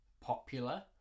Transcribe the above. popular